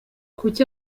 kuki